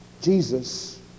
Jesus